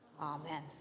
Amen